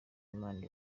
imana